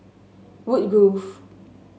woodgrove